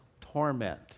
torment